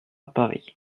paris